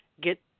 get